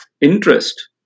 interest